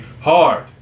hard